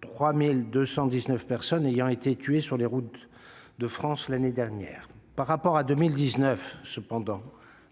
3 219 personnes ayant alors été tuées sur les routes de France. Par rapport à 2019, cependant,